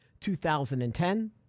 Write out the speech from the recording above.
2010